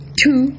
two